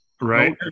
Right